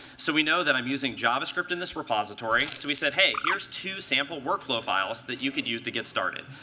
so we know that i'm using javascript in this repository, so we said, hey, here's two sample workflow files that you could use to get started.